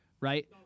right